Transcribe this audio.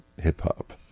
hip-hop